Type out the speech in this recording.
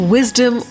Wisdom